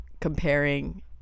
comparing